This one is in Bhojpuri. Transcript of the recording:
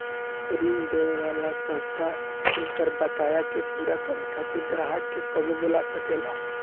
ऋण देवे वाला संस्था एकर बकाया के पूरा करे खातिर ग्राहक के कबो बोला सकेला